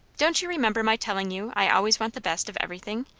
don't you remember my telling you i always want the best of everything?